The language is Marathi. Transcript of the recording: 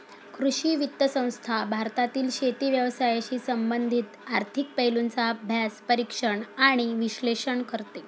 कृषी वित्त संस्था भारतातील शेती व्यवसायाशी संबंधित आर्थिक पैलूंचा अभ्यास, परीक्षण आणि विश्लेषण करते